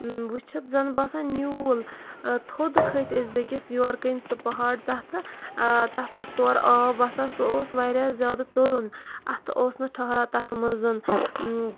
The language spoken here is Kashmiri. وٕچھِتھ زَن باسان نیوٗل تھوٚد کھٔتۍ ٲسۍ بیٚکِس یورٕ کَنۍ سُہ پہاڑ تَتھ تَتھ اوس تور آب وَسان سُہ اوس واریاہ زیادٕ تُرُن اَتھٕ اوس نہٕ ٹھہران تَتھ منٛزٕن